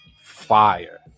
fire